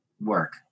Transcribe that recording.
work